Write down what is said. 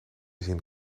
zin